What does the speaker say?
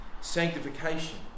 sanctification